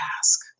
ask